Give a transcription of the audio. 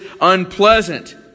unpleasant